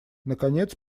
наконец